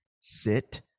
Sit